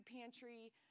pantry